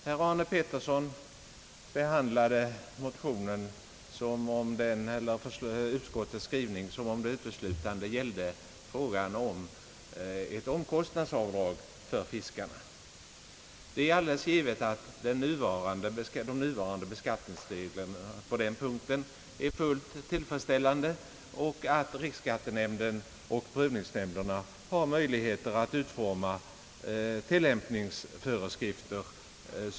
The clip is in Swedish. Herr Arne Pettersson behandlade utskottets skrivning som om den uteslutande gällde frågan om ett omkostnadsavdrag för fiskarna. De nuvarande beskattningsreglerna på den punkten är fullt tillfredsställande. Riksskattenämnden och prövningsnämnderna har också möjligheter att utforma tillämpningsföreskrifter.